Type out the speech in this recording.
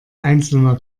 einzelner